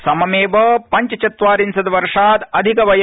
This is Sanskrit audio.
सममद्वपञ्चचत्वारिशत् वर्षात् अधिकवय